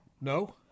No